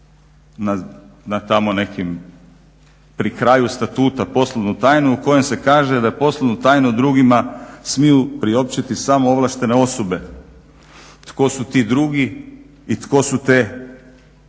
na tamo nekim pri kraju statuta poslovnu tajnu kojom se kaže da poslovnu tajnu drugima smiju priopćiti samo ovlaštene osobe, tko su ti drugi i tko su ti